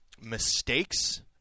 mistakes